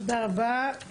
תודה רבה.